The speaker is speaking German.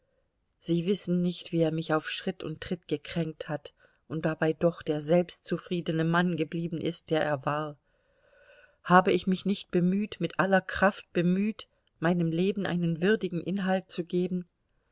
sie wissen nicht wie er mich auf schritt und tritt gekränkt hat und dabei doch der selbstzufriedene mann geblieben ist der er war habe ich mich nicht bemüht mit aller kraft bemüht meinem leben einen würdigen inhalt zu geben